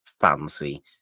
fancy